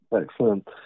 excellent